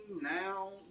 now